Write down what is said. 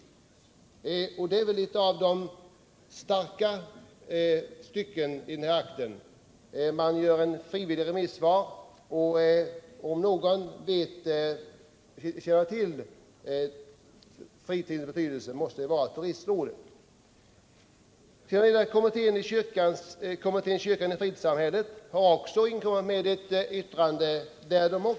Turistrådets frivilliga remissvar torde vara ett av de tyngst vägande i den här akten — om någon känner till fritidens betydelse, så måste det vara Turistrådet. Kommittén kyrkan i fritidssamhället har också inkommit med ett yttrande.